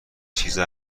چیزی